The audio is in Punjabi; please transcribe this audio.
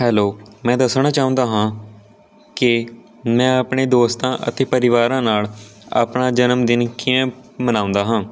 ਹੈਲੋ ਮੈਂ ਦੱਸਣਾ ਚਾਹੁੰਦਾ ਹਾਂ ਕਿ ਮੈਂ ਆਪਣੇ ਦੋਸਤਾਂ ਅਤੇ ਪਰਿਵਾਰਾਂ ਨਾਲ ਆਪਣਾ ਜਨਮਦਿਨ ਕਿਵੇਂ ਮਨਾਉਂਦਾ ਹਾਂ